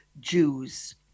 Jews